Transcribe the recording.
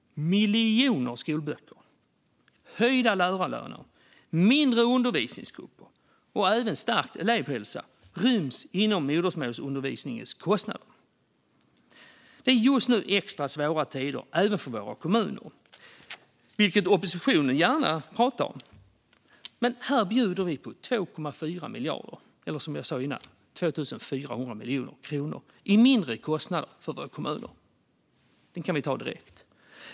Miljoner skolböcker, höjda lärarlöner, mindre undervisningsgrupper och även stärkt elevhälsa ryms inom modersmålsundervisningens kostnader. Det är just nu extra svåra tider även för våra kommuner, vilket oppositionen gärna pratar om. Här bjuder vi på 2,4 miljarder kronor - eller som jag sa innan: 2 400 miljoner kronor - i lägre kostnader för våra kommuner. Det kan vi ta direkt.